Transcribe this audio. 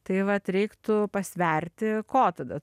tai vat reiktų pasverti ko tada